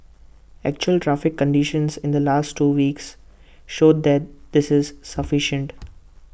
actual traffic conditions in the last two weeks showed that this is sufficient